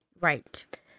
Right